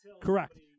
correct